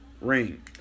ring